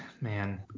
man